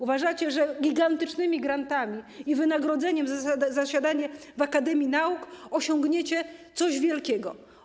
Uważacie, że gigantycznymi grantami i wynagrodzeniem za zasiadanie w akademii nauk osiągniecie coś wielkiego.